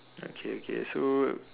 okay okay so